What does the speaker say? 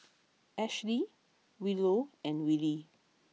Ashley Willow and Willy